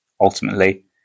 Ultimately